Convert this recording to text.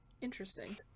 Interesting